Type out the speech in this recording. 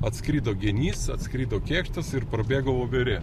atskrido genys atskrido kėkštas ir prabėgo voverė